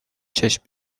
چشم